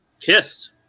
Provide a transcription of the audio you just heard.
Kiss